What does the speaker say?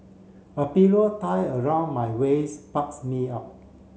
a pillow tie around my waist bulks me up